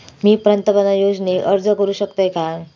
मी पंतप्रधान योजनेक अर्ज करू शकतय काय?